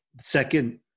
second